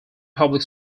public